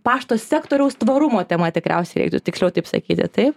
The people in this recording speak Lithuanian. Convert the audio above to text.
pašto sektoriaus tvarumo tema tikriausiai ri tiksliau taip sakyti taip